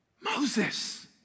Moses